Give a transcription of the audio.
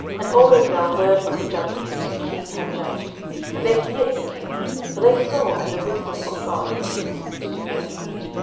and all israel heard of the judgment which the king had judged and they feared the king for they saw that the wisdom of god was in him, to do judgment.